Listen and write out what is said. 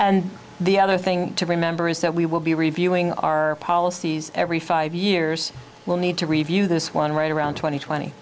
and the other thing to remember is that we will be reviewing our policies every five years we'll need to review this one right around twenty twenty